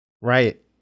Right